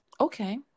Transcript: okay